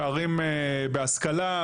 פערים בהשכלה,